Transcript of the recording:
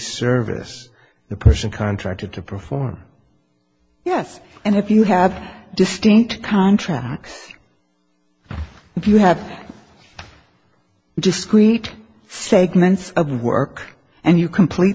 service the person contracted to perform yes and if you have distinct contracts if you have just create segments of work and you complete